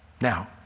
Now